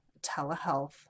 telehealth